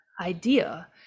idea